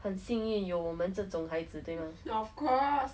很幸运有我们这种孩子对吗